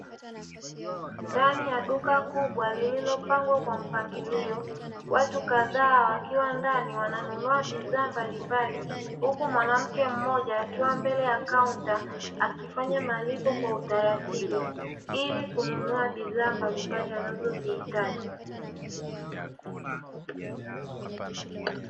Ndani ya duka kubwa lililopangwa kwa mpangilio, watu kadhaa wakiwa ndani wananunua bidhaa mbalimbali. Huku mwanamke mmoja akiwa mbele ya kaunta akifanya malipo kwa utaratibu ili kununua bidhaa mbalimbali anazozihitaji.